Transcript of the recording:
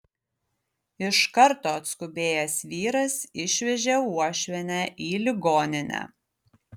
iš karto atskubėjęs vyras išvežė uošvienę į ligoninę